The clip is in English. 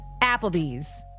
Applebee's